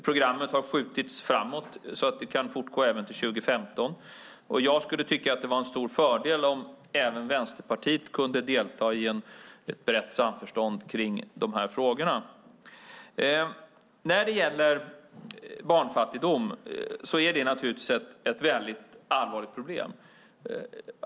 Programmet har skjutits framåt, så att det kan fortgå även till 2015. Jag skulle tycka att det var en stor fördel om även Vänsterpartiet kunde delta i ett brett samförstånd kring de frågorna. Barnfattigdom är naturligtvis ett mycket allvarligt problem.